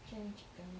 chang chicken